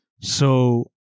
So-